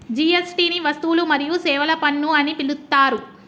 GST ని వస్తువులు మరియు సేవల పన్ను అని పిలుత్తారు